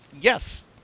Yes